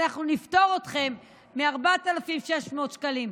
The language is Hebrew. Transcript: ואנחנו נפטור אתכם מ-4,600 שקלים.